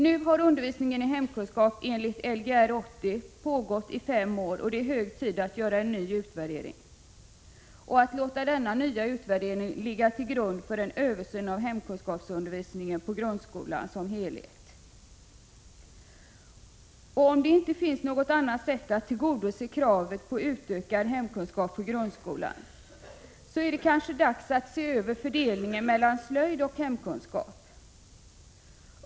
Nu har undervisningen i hemkunskap enligt Lgr 80 pågått i fem år, och det är hög tid att göra en ny utvärdering. Denna nya utvärdering bör ligga till grund för en översyn av grundskolans hemkunskapsundervisning i dess helhet. Om det inte finns något annat sätt att tillgodose kravet på utökad hemkunskap i grundskolan, är det kanske dags att se över fördelningen mellan slöjd och hemkunskap.